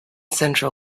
central